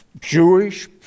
Jewish